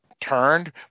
turned